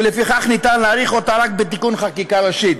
ולפיכך ניתן להאריך אותה רק בתיקון חקיקה ראשית.